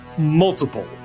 multiple